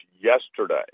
yesterday